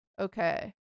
okay